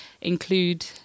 include